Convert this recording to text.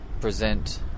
present